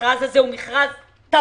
המכרז הזה הוא מכרז תפור.